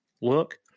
look